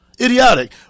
Idiotic